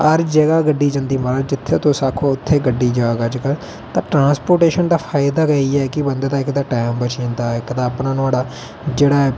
हर जगह गड्डी जंदी महाराज जित्थै तुस आक्खो उत्थै गड्डी जाह्ग अजकल ट्रांसपोटेशन दा फायदा गै इयै है कि बंदे दा इक ते टाइम बची जंदा ऐ इक ते अपना नुआढ़ा जेहडा ऐ